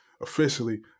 officially